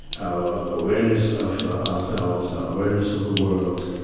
our awareness of ourselves, our awareness of the world.